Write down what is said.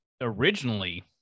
Originally